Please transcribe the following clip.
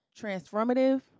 transformative